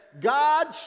God